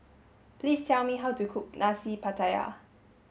please tell me how to cook Nasi Pattaya